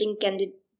candidate